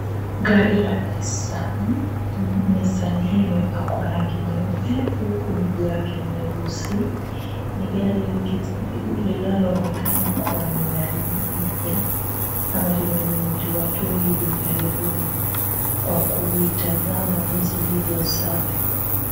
Gari la nissan. Nissan hii imepakwa rangi nyeupe huku miguu yake ni nyeusi. Ni gari linaloonekana kuwa ni gari mpya ama limenunuliwa tu hivi karibuni kwa kuitazama jinsi ilivyo safi.